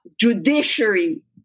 judiciary